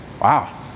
Wow